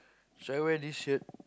should I wear this shirt